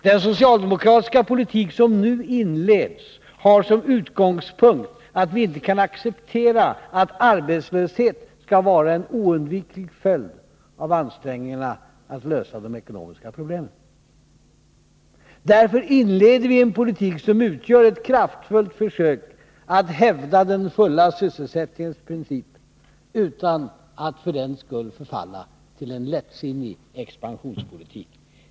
Den socialdemokratiska politik som nu inleds har som utgångspunkt att vi inte kan acceptera att arbetslöshet skall vara en oundviklig följd av ansträngningarna att lösa de ekonomiska problemen. Därför inleder vi en politik som utgör ett kraftfullt försök att hävda den fulla sysselsättningens princip utan att för den skull förfalla till en lättsinnig expansionspolitik.